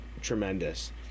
tremendous